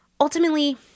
Ultimately